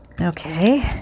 okay